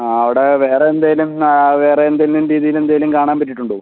ആ അവിടെ വേറെ എന്തെങ്കിലും ആ വേറെ എന്തെങ്കിലും രീതിയിൽ എന്തെങ്കിലും കാണാൻ പറ്റിയിട്ടുണ്ടോ